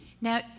Now